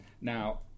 Now